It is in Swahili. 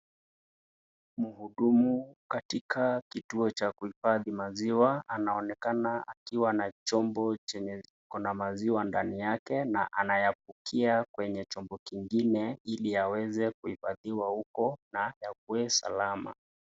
Mhudumu katika kituo cha kuhifadhi maziwa. Anaonekana akiwa na chombo chenye iko na maziwa ndani yake na anayabukia kwenye chombo kingine, ili aweze kuifadhiwa huko na yakuwe salama.